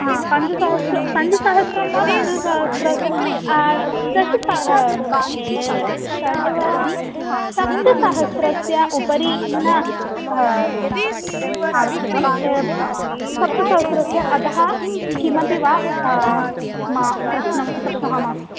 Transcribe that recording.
हा पञ्चसहस्रं पञ्चसहस्रं वा पञ्चसहस्रस्य दश ष षड् वा सप्तसहस्रस्य उपरि न आवश्यकं सप्तसहस्रस्य अधः किमपि वा मा प्रश्नः प्रश्नः मास्तु